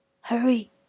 Hurry